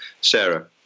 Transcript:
Sarah